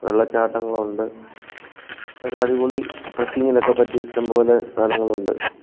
വെള്ളച്ചാട്ടങ്ങളുണ്ട് ഇതൊക്കെ അടിപൊളി ട്രക്കിങ്ങിനൊക്കെ പറ്റിയ ഇഷ്ടംപോലെ സ്ഥലങ്ങളുണ്ട്